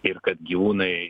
ir kad gyvūnai